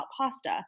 pasta